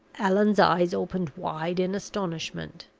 allan's eyes opened wide in astonishment.